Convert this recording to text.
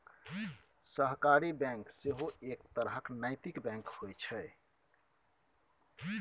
सहकारी बैंक सेहो एक तरहक नैतिक बैंक होइत छै